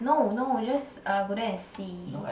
no no just uh go there and see